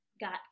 got